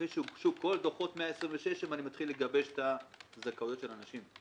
אחרי שהוגשו כל דוחות 126 אני מתחיל לגבש את הזכאויות של האנשים.